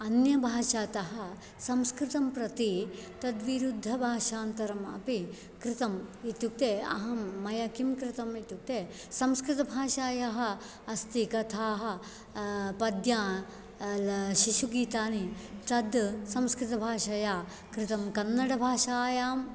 अन्यभाषातः संस्कृतं प्रति तद्विरुद्धभाषान्तरम् अपि कृतम् इत्युक्ते अहं मया किं कृतम् इत्युक्ते संस्कृतभाषायाः अस्ति कथाः पद्या शिशुगीतानि तद् संस्कृतभाषया कृतं कन्नडभाषायां